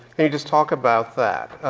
can you just talk about that?